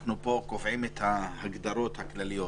אנחנו קובעים פה את ההגדרות הכלליות